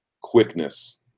quickness